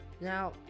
Now